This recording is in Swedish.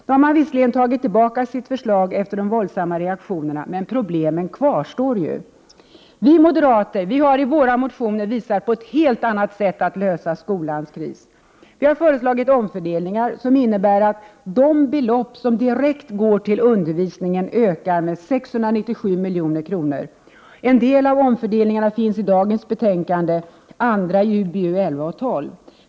Nu har man visserligen tagit tillbaka sitt förslag efter de våldsamma reaktionerna, men problemen kvarstår. Vi moderater har i våra motioner visat på ett helt annat sätt att lösa skolans kris. Vi har föreslagit omfördelningar som innebär att de belopp som direkt går till undervisningen ökar med 697 milj.kr. — en del av omfördelningarna finns i dagens betänkande, andra i betänkandena UbUll och 12.